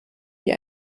wie